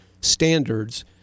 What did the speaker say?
standards